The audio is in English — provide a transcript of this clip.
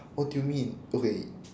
what do you mean okay